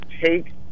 take